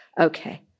Okay